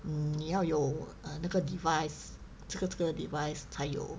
嗯你要有那个 device 这个这个 device 才有